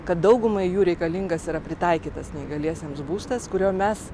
kad daugumai jų reikalingas yra pritaikytas neįgaliesiems būstas kurio mes